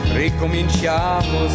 ricominciamo